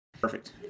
Perfect